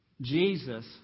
Jesus